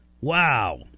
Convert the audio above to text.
Wow